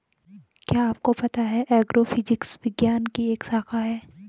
क्या आपको पता है एग्रोफिजिक्स विज्ञान की एक शाखा है?